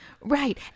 right